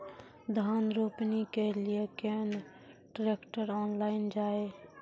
धान रोपनी के लिए केन ट्रैक्टर ऑनलाइन जाए?